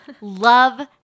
love